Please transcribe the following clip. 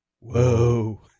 whoa